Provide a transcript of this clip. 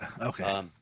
Okay